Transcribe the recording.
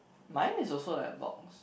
mine is also like a box